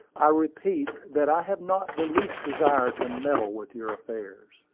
i repeat that i have not the least desire to meddle with your affairs.